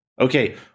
okay